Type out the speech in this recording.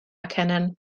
erkennen